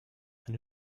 eine